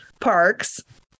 parks